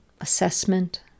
assessment